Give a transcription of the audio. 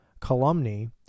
calumny